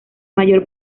mayor